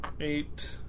eight